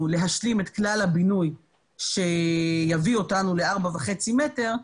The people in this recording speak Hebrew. להשלים את כלל הבינוי שיביא אותנו ל-4.5 מ"ר,